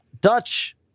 Dutch